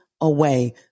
away